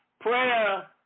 Prayer